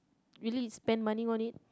really spend money on it